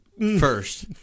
first